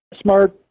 smart